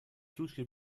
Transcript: duschgel